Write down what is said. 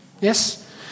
Yes